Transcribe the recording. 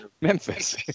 Memphis